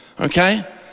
okay